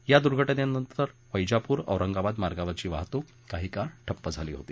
या दूर्घटनेनंतर वैजापूर औरंगाबाद मार्गावरची वाहतूक काही काळ ठप्प झाली होती